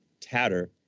tatter